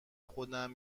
خودم